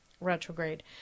retrograde